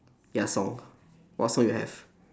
ya song what song you have